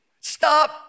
Stop